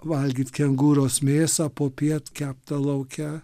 valgyt kengūros mėsą popiet keptą lauke